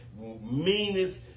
meanest